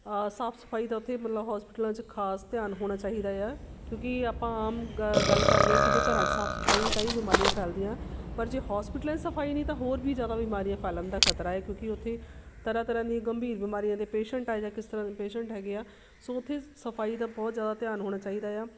ਸਾਫ਼ ਸਫਾਈ ਦਾ ਉੱਥੇ ਮਤਲਬ ਹੋਸਪੀਟਲਾਂ 'ਚ ਖਾਸ ਧਿਆਨ ਹੋਣਾ ਚਾਹੀਦਾ ਆ ਕਿਉਂਕਿ ਆਪਾਂ ਆਮ ਗ ਗੱਲ ਕਰਦੇ ਕਿ ਘਰਾਂ 'ਚ ਸਾਫ਼ ਸਫਾਈ ਨਹੀਂ ਤਾਂ ਹੀ ਬਿਮਾਰੀਆਂ ਫ਼ੈਲਦੀਆਂ ਪਰ ਜੇ ਹੋਸਪੀਟਲਾਂ 'ਚ ਸਫਾਈ ਨਹੀਂ ਤਾਂ ਹੋਰ ਵੀ ਜ਼ਿਆਦਾ ਬਿਮਾਰੀਆਂ ਫੈਲਣ ਦਾ ਖ਼ਤਰਾ ਏ ਕਿਉਂਕਿ ਉੱਥੇ ਤਰ੍ਹਾਂ ਤਰ੍ਹਾਂ ਦੀਆਂ ਗੰਭੀਰ ਬਿਮਾਰੀਆਂ ਦੇ ਪੇਸ਼ੈਂਟ ਆ ਜਾਂ ਕਿਸ ਤਰ੍ਹਾਂ ਦੇ ਪੇਸ਼ੈਂਟ ਹੈਗੇ ਆ ਸੋ ਉੱਥੇ ਸਫਾਈ ਦਾ ਬਹੁਤ ਜ਼ਿਆਦਾ ਧਿਆਨ ਹੋਣਾ ਚਾਹੀਦਾ ਆ